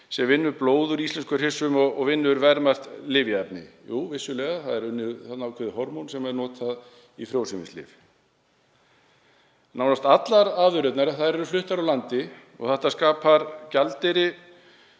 sem vinnur blóð úr íslenskum hryssum og vinnur verðmætt lyfjaefni. Jú, vissulega er unnið ákveðið hormón sem notað er í frjósemislyf. Nánast allar afurðirnar eru fluttar úr landi. Þetta skapar gjaldeyri